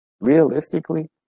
Realistically